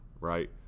right